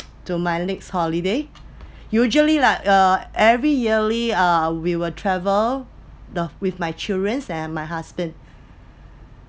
to my next holiday usually like uh every yearly uh we will travel the with my children and my husband